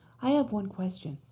i have one question.